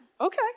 okay